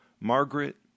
Margaret